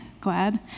glad